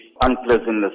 unpleasantness